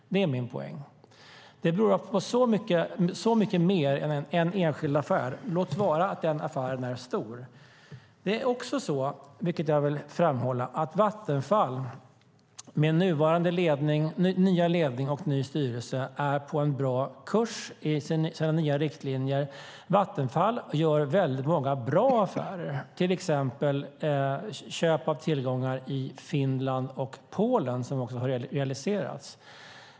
Det är min poäng. Det beror på så mycket mer än en enskild affär, låt vara att den affären är stor. Det är också så, vilket jag vill framhålla, att Vattenfall med ny ledning och ny styrelse är på en bra kurs med sina nya riktlinjer. Vattenfall gör många bra affärer, till exempel köp av tillgångar i Finland och Polen som också har realiserats.